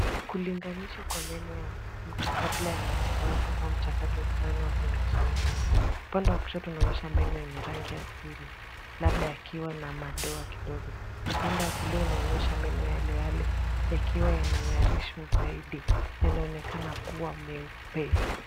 Kulinganishwa kwa meno ya mtu kabla ya matibabu au mchakato fulani wa kung'arisha meno. Upande wa kushoto unaonyesha meno yenye rangi ya asili labda yakiwa na madoa kidogo. Upande wa kulia unaonyesha meno yale yale yakiwa yameng'arishwa zaidi yanaonekana kuwa meupe.